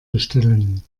bestellen